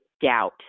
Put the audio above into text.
doubt